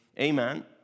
Amen